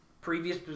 previous